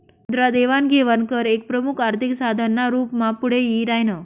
मुद्रा देवाण घेवाण कर एक प्रमुख आर्थिक साधन ना रूप मा पुढे यी राह्यनं